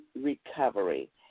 Recovery